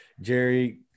Jerry